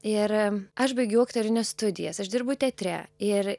ir aš baigiau aktorinio studijas aš dirbu teatre ir